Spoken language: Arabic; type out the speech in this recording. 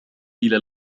إلى